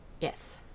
Yes